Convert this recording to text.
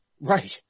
right